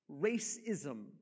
Racism